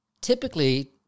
typically